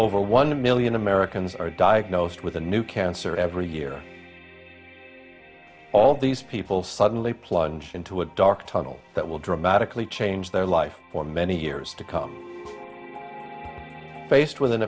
over one million americans are diagnosed with a new cancer every year all these people suddenly plunged into a dark tunnel that will dramatically change their life for many years to come faced with an